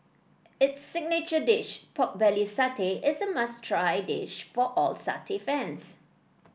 its signature dish pork belly satay is a must try dish for all satay fans